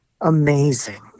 amazing